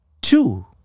Two